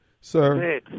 Sir